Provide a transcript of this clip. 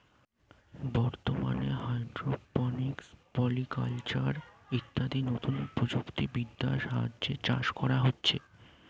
বর্তমানে hydroponics, polyculture ইত্যাদি নতুন প্রযুক্তি বিদ্যার সাহায্যে চাষ করা হচ্ছে